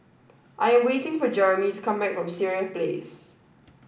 I am waiting for Jeromy to come back from Sireh Place